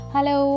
Hello